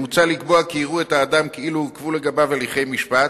מוצע לקבוע כי יראו את האדם כאילו עוכבו לגביו הליכי משפט,